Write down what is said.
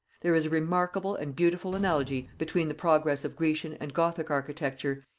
there is a remarkable and beautiful analogy between the progress of grecian and gothic architecture,